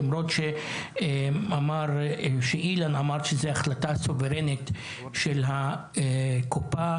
למרות שאילן אמר שזה החלטה סוברנית של הקופה